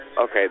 Okay